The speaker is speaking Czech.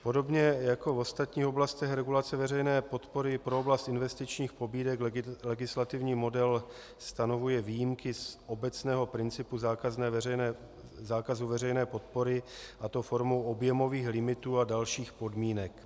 Podobně jako v ostatních oblastech regulace veřejné podpory pro oblast investičních pobídek legislativní model stanovuje výjimky z obecného principu zákazu veřejné podpory, a to formou objemových limitů a dalších podmínek.